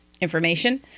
information